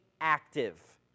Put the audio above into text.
active